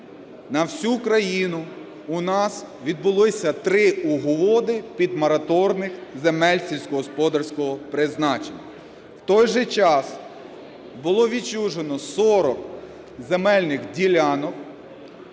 на всю країну у нас відбулися 3 угоди підмораторних земель сільськогосподарського призначення. В той же час було відчужено 40 земельних ділянок,